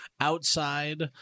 outside